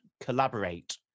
collaborate